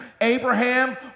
Abraham